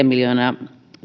miljoonaa